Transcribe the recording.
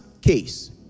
case